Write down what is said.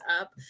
up